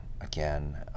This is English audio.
again